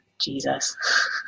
Jesus